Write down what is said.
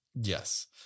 Yes